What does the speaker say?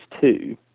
two